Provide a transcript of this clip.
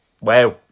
wow